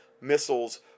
missiles